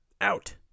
out